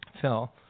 Phil